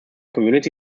community